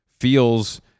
feels